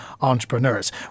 entrepreneurs